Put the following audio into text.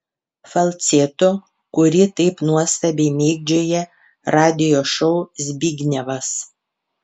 falcetu kurį taip nuostabiai mėgdžioja radijo šou zbignevas